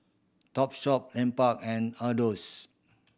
Topshop Lupark and Adore's